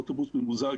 אוטובוס ממוזג,